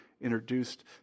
introduced